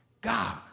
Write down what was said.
God